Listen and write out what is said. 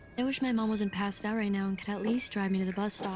i wish my mom wasn't passed out right now and could at least drive me to the bus